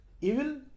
Evil